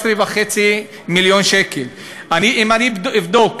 אם אני אבדוק